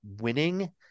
winning